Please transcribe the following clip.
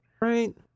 right